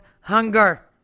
hunger